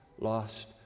lost